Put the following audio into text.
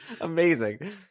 Amazing